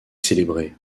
célébré